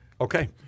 Okay